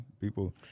People